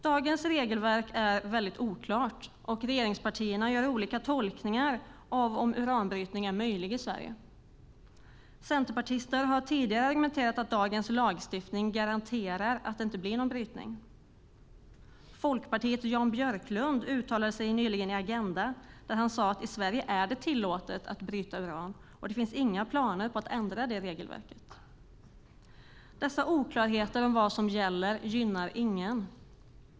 Dagens regelverk är mycket oklart, och regeringspartierna gör olika tolkningar av om uranbrytning är möjlig i Sverige. Centerpartister har tidigare använt argumentet att dagens lagstiftning garanterar att det inte blir någon brytning. Folkpartiets Jan Björklund uttalade sig nyligen i Agenda , där han sade att det är tillåtet att bryta uran i Sverige och att det inte finns några planer på att ändra regelverket. Dessa oklarheter om vad som gäller gynnar ingen.